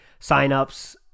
signups